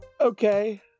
Okay